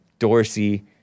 Dorsey